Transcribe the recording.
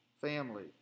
family